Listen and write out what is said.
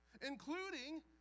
including